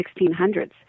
1600s